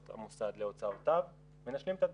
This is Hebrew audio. המוסד להוצאותיו ונשלים את הדלתא,